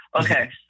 Okay